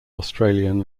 australian